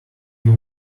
you